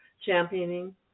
championing